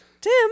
Tim